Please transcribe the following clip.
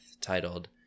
titled